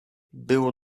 było